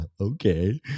Okay